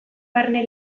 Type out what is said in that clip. barne